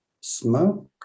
smoke